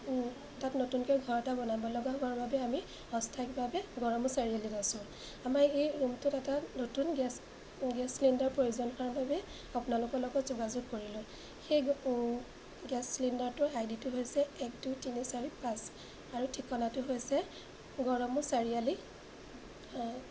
তাত নতুনকৈ ঘৰ এটা বনাবলগা হোৱাৰ বাবে আমি অস্থায়ীভাৱে গড়মূৰ চাৰিআলি আছোঁ আমাৰ এই ৰুমটোত এটা নতুন গেছ গেছ চিলিণ্ডাৰ প্ৰয়োজন হোৱাৰ বাবে আপোনালোকৰ লগত যোগাযোগ কৰিলোঁ সেই গেছ চিলিণ্ডাৰটোৰ আই ডিটো হৈছে এক দুই তিনি চাৰি পাঁচ আৰু ঠিকনাটো হৈছে গড়মূৰ চাৰিআলি অঁ